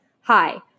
Hi